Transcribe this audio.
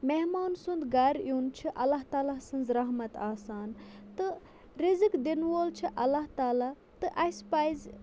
مہمان سُنٛد گَرٕ یُن چھُ اللہ تعالیٰ سٕنٛز رحمَت آسان تہٕ رِزٕق دِنہٕ وول چھِ اللہ تعالیٰ تہٕ اَسہِ پَزِ